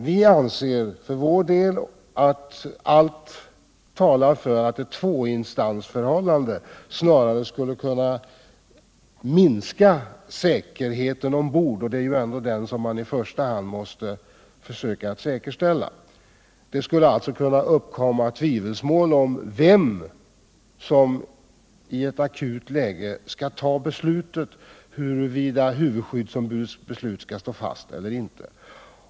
För vår del anser vi att allt talar för att ett 1två-instans-förhållande snarast skulle kunna minska tryggheten ombord, och det är ju ändå den som man i första hand måste försöka att säkerställa. Det skulle kunna uppstå tvivel om vem som i ett akut läge skall fatta beslutet om huruvida huvudskyddsombudets beslut skall stå fast eller ej.